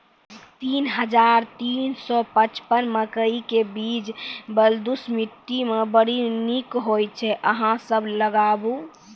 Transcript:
तीन हज़ार तीन सौ पचपन मकई के बीज बलधुस मिट्टी मे बड़ी निक होई छै अहाँ सब लगाबु?